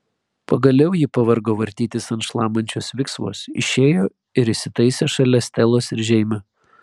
pagaliau ji pavargo vartytis ant šlamančios viksvos išėjo ir įsitaisė šalia stelos ir žeimio